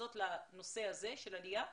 מתנקזות לנושא הזה של עלייה,